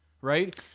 right